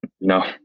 No